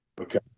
Okay